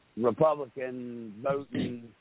Republican-voting